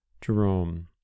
Jerome